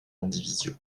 landivisiau